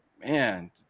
man